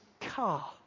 car